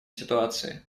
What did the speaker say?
ситуации